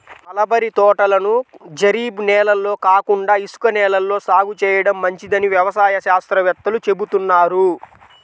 mulberry తోటలను జరీబు నేలల్లో కాకుండా ఇసుక నేలల్లో సాగు చేయడం మంచిదని వ్యవసాయ శాస్త్రవేత్తలు చెబుతున్నారు